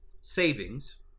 savings